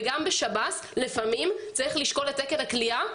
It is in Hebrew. וגם בשב"ס לפעמים צריך לשקול את תקן הכליאה,